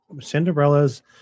Cinderella's